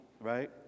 Right